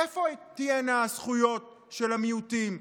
איפה תהיינה הזכויות של המיעוטים?